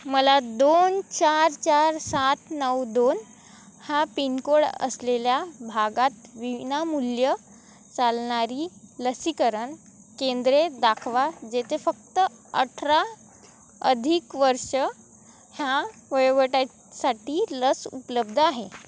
मला दोन चार चार सात नऊ दोन हा पिनकोड असलेल्या भागात विनामूल्य चालणारी लसीकरण केंद्रे दाखवा जेथे फक्त अठरा अधिक वर्ष ह्या वयोगटासाठी लस उपलब्ध आहे